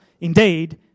Indeed